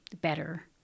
better